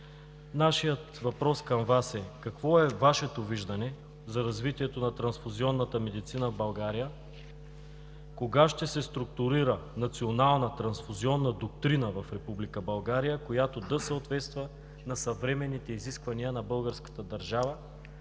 Нашият въпрос към вас е: какво е Вашето виждане за развитието на трансфузионната медицина в България? Кога ще се структурира национална трансфузионна доктрина в Република България, която да съответства на съвременните изисквания на българската държава,